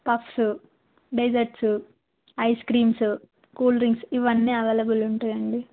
puffs desserts ice creams cool drinks ఇవన్నీ available ఉంటాయండి